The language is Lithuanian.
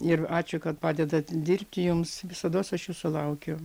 ir ačiū kad padedat dirbti jums visados aš jūsų laukiu